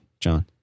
John